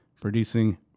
producing